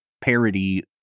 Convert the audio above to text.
parody